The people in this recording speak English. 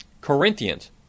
Corinthians